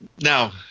Now